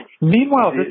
Meanwhile